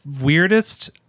weirdest